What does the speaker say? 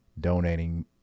donating